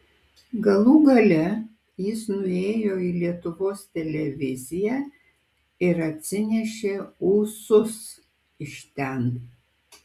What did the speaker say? galų gale jis nuėjo į lietuvos televiziją ir atsinešė ūsus iš ten